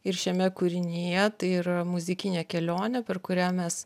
ir šiame kūrinyje tai yra muzikinė kelionė per kurią mes